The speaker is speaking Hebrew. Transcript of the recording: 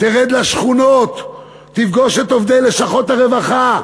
תרד לשכונות, תפגוש את עובדי לשכות הרווחה,